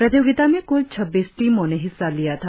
प्रतियोगिता में कुल छब्बीस टीमों ने हिस्सा लिया था